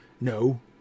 No